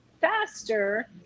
faster